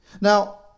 now